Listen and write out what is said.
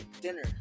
dinner